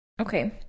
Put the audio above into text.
okay